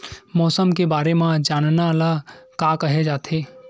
मौसम के बारे म जानना ल का कहे जाथे?